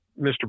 Mr